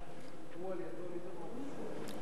עשר דקות לאדוני.